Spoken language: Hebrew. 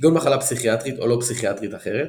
כגון מחלה פסיכיאטרית או לא פסיכיאטרית אחרת